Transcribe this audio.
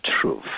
truth